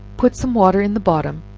put some water in the bottom